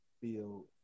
feel